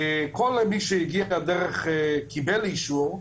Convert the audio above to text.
כל מי שקיבל אישור,